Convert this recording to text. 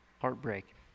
heartbreak